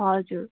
हजुर